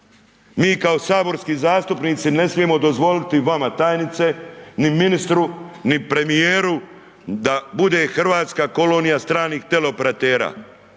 mi kao saborski zastupnici ne smijemo dozvoliti vama tajnice, ni ministru, ni premijeru da bude Hrvatska kolonija stranih teleoperatera.